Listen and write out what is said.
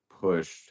pushed